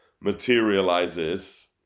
materializes